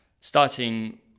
Starting